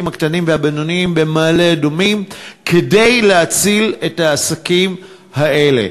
הקטנים והבינוניים במעלה-אדומים כדי להציל את העסקים האלה.